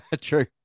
true